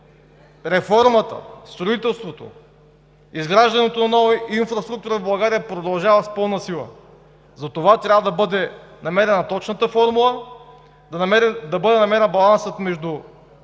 Реформата, строителството, изграждането на нова инфраструктура в България продължава с пълна сила. Затова трябва да бъде намерена точната формула, да бъде намерен балансът между